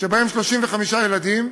שבהם יש 35 ילדים,